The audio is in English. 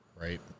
right